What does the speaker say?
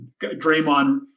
Draymond